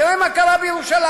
תראה מה קרה בירושלים.